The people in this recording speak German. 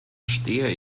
stehe